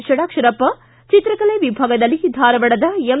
ಷಡಾಕ್ಷರಪ್ಪ ಚಿತ್ರಕಲೆ ವಿಭಾಗದಲ್ಲಿ ಧಾರವಾಡದ ಎಂ